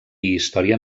història